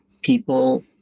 people